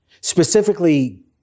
specifically